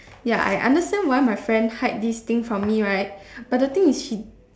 ya I understand why my friend hide this thing from me right but the thing is she